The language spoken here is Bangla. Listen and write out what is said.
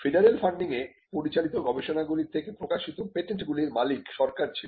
ফেডারেল ফান্ডিংয়ে পরিচালিত গবেষণাগুলি থেকে প্রকাশিত পেটেন্ট গুলির মালিক সরকার ছিল